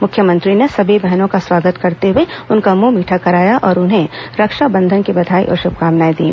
मुख्यमंत्री ने सभी बहनों का स्वागत करते हुए उनका मुंह मीठा कराया और उन्हें रक्षा बंधन की बधाई और शुभकामनाएं दी